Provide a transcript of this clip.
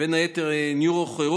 ובין היתר נוירוכירורגיה,